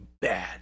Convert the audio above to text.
bad